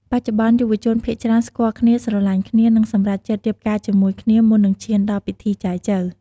បច្ចុប្បន្ន យុវជនភាគច្រើនស្គាល់គ្នា ស្រឡាញ់គ្នា និងសម្រេចចិត្តរៀបការជាមួយគ្នាមុននឹងឈានដល់ពិធីចែចូវ។